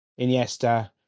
Iniesta